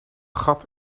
gat